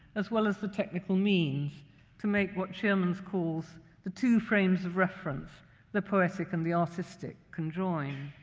as well as the technical means to make what shearmans calls the two frames of reference the poetic and the artistic conjoined.